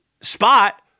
spot